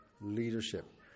leadership